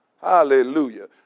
Hallelujah